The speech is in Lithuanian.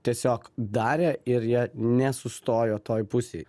tiesiog darė ir jie nesustojo toj pusėj